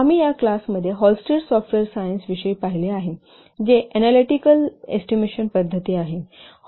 आम्ही या क्लासमध्ये हॉलस्टिड सॉफ्टवेयर सायन्स विषयी पाहिले आहे जे ऍनालीटीकलत्मक एस्टिमेशन पद्धती आहे